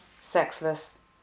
sexless